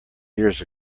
years